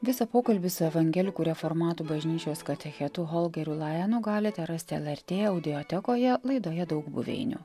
visą pokalbį su evangelikų reformatų bažnyčios katechetu holgeriu laenu galite rasti lrt audiotekoje laidoje daug buveinių